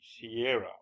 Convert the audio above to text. Sierra